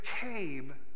came